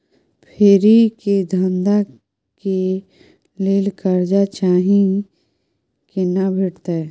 फेरी के धंधा के लेल कर्जा चाही केना भेटतै?